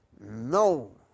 No